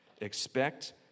Expect